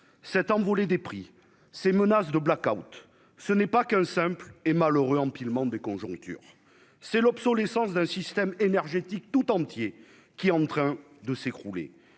cette envolée des prix ces menaces de Blackout, ce n'est pas qu'un simple et malheureux empilement des conjonctures c'est l'obsolescence d'un système énergétique tout entier qui est en train de s'écrouler,